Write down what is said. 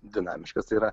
dinamiškas yra